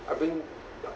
I bring uh